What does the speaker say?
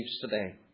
today